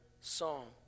song